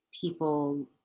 people